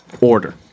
order